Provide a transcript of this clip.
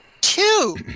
two